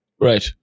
Right